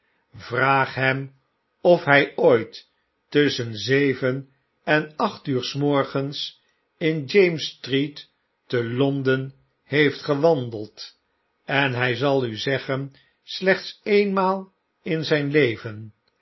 vraag hem of hg ooit tusschen zeven en acht uur's morgens in james's street te londen heeft gewandeld en hg zal u zeggen slechts e'enmaal in zgn leven